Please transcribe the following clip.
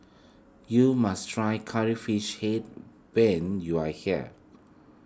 you must try Curry Fish Head when you are here